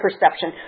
perception